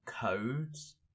Codes